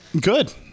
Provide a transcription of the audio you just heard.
good